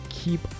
keep